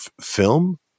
film